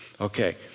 Okay